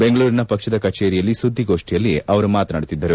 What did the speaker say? ಬೆಂಗಳೂರಿನ ಪಕ್ಷದ ಕಜೇರಿಯಲ್ಲಿ ಸುದ್ದಿಗೋಷ್ಠಿಯಲ್ಲಿ ಮಾತನಾಡಿದರು